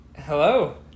Hello